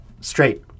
straight